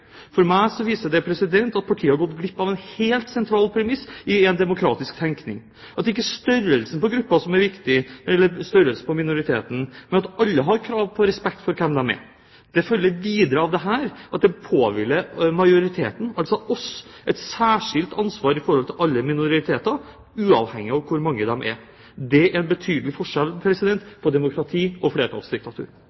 For meg viser det at partiet har gått glipp av en helt sentral premiss i demokratisk tenkning – at det ikke er størrelsen på minoriteten som er viktig, men at alle har krav på respekt for hvem de er. Det følger videre av dette at det påhviler majoriteten – altså oss – et særskilt ansvar i forhold til alle minoriteter, uavhengig av hvor mange de er. Det er